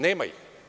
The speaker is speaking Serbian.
Nema ih.